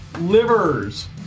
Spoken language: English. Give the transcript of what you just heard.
livers